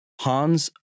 Hans